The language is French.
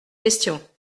question